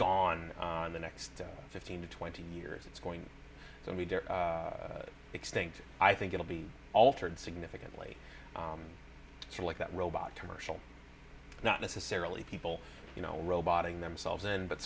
gone on the next fifteen to twenty years it's going to be extinct i think it'll be altered significantly if you like that robot to marshal not necessarily people you know robot in themselves and but